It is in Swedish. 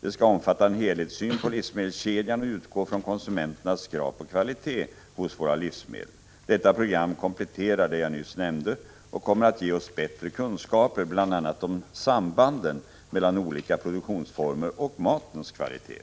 Det skall omfatta en helhetssyn på livsmedelskedjan och utgå från konsumenternas krav på kvalitet hos våra livsmedel. Detta program kompletterar det jag nyss nämnde och kommer att ge oss bättre kunskaper bl.a. om sambanden mellan olika produktionsformer och matens kvalitet.